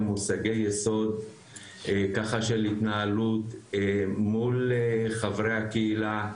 מושגי יסוד ככה של התנהלות מול חברי הקהילה,